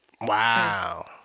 Wow